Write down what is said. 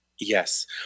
Yes